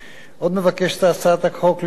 עוד מבקשת הצעת החוק לקבוע